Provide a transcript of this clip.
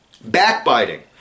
backbiting